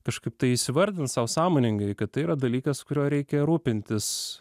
kažkaip tai įsivardint sau sąmoningai kad tai yra dalykas kuriuo reikia rūpintis